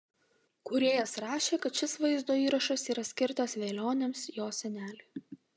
kūrėjas rašė kad šis vaizdo įrašas yra skirtas velioniams jo seneliui